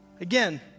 Again